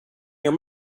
your